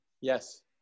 Yes